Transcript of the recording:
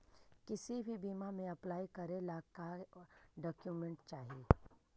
किसी भी बीमा में अप्लाई करे ला का क्या डॉक्यूमेंट चाही?